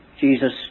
Jesus